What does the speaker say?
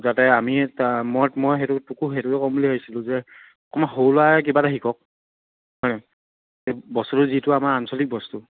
যাতে আমি মই মই তোকো সেইটোকে কম বুলি ভাবিছিলোঁ যে কোনো সৰু ল'ৰাই কিবা এটা শিকক বস্তুটো যিটো আমাৰ আঞ্চলিক বস্তু